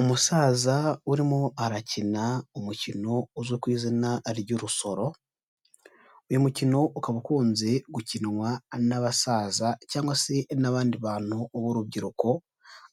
Umusaza urimo arakina umukino uzwi ku izina ry'urusoro, uyu mukino ukaba ukunze gukinwa n'abasaza cyangwa n'abandi bantu b'urubyiruko,